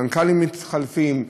מנכ"לים מתחלפים,